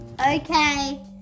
Okay